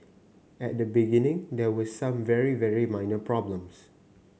at the beginning there were some very very minor problems